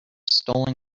stolen